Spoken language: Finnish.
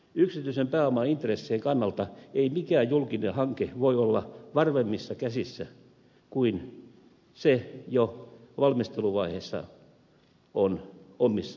yksityisen pääomaintressien kannalta ei mikään julkinen hanke voi olla varmemmissa käsissä kun se jo valmisteluvaiheessa on omissa käsissä